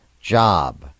job